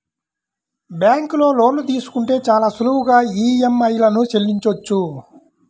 బ్యేంకులో లోన్లు తీసుకుంటే చాలా సులువుగా ఈఎంఐలను చెల్లించొచ్చు